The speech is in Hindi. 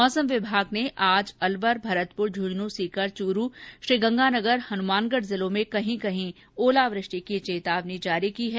मैसम विभाग ने आज अलवर भरतपुर झुंझुनू सीकर चूरू श्रीगंगानगर हनुमानगढ़ जिलों में कहीं कहीं और प्रे की चेतावनी जारी की है